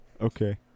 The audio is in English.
Okay